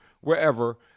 wherever